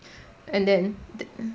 and then